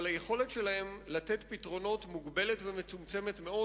אבל היכולת שלהן לתת פתרונות מוגבלת ומצומצמת מאוד